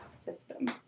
system